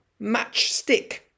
matchstick